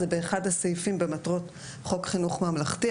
זה באחד הסעיפים במטרות חוק חינוך ממלכתי,